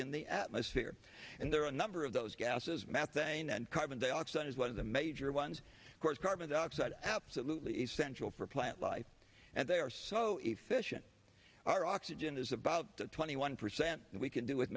in the atmosphere and there are a number of those gases methane and carbon dioxide is one of the major ones of course carbon dioxide absolutely essential for plant life and they are so efficient our oxygen is about twenty one percent and we can do with